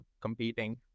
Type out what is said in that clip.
competing